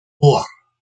four